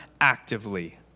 actively